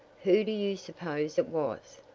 who do you suppose it was?